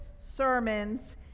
sermons